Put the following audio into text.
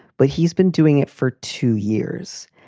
but he's been doing it for two years.